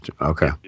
Okay